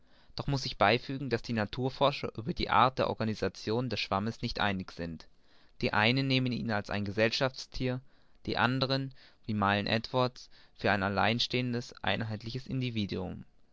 doch muß ich beifügen daß die naturforscher über die art der organisation des schwammes nicht einig sind die einen nehmen ihn als ein gesellschaftsthier die anderen wie milne edwards für ein alleinbestehendes einheitliches individuum